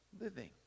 Living